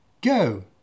go